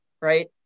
right